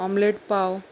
omelette पाव